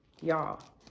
y'all